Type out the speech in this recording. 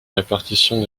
répartition